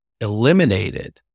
eliminated